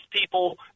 people